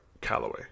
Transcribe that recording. Callaway